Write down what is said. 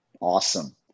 Awesome